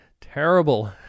terrible